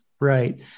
right